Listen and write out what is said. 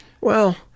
Well-